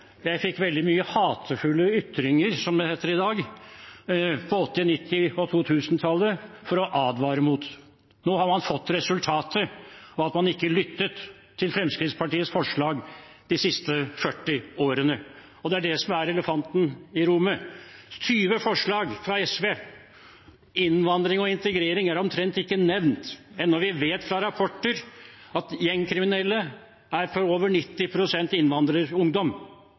jeg på 1980-, 1990- og 2000-tallet fikk veldig mange hatefulle ytringer, som det heter i dag, for å advare mot. Nå har man fått resultatet av at man ikke har lyttet til Fremskrittspartiets forslag de siste 40 årene. Det er elefanten i rommet. Det er 20 forslag fra SV, og innvandring og integrering er omtrent ikke nevnt, enda vi vet fra rapporter at over 90 pst. av de gjengkriminelle er